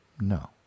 No